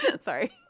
Sorry